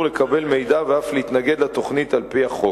לקבל מידע ואף להתנגד לתוכנית על-פי החוק.